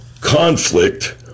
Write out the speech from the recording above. conflict